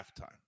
halftime